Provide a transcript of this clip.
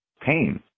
pain